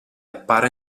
appare